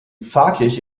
pfarrkirche